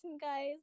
guys